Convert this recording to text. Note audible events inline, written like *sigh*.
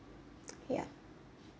*noise* yup